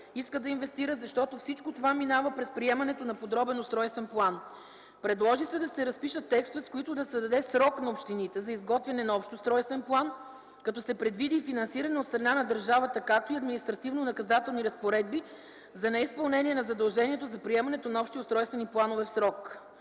искат да инвестират, защото всичко това минава през приемането на подробен устройствен план. Предложи се да се разпишат текстове, с които да се даде срок на общините за изготвяне на Общ устройствен план, като се предвиди и финансиране от страна на държавата, както и административно-наказателни разпоредби за неизпълнение на задължението за приемането на общи устройствени планове в срок.